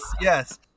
yes